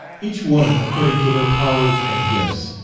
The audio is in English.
each woman according to her powers and gifts.